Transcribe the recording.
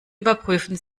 überprüfen